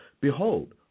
Behold